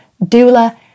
doula